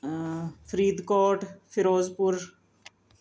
Faridkot Firozpur